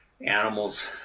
animals